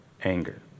anger